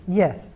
yes